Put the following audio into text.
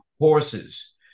horses